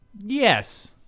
Yes